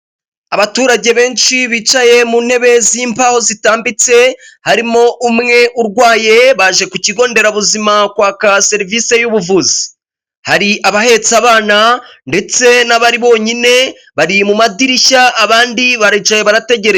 Abaturage benshi bicaye mu ntebe z'imbaho zitambitse, harimo umwe urwaye baje ku kigo nderabuzima kwaka serivisi y'ubuvuzi, hari abahetse abana ndetse n'abari bonyine bari mu madirishya abandi baricaye barategerereje.